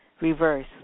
reverse